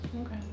okay